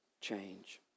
change